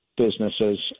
businesses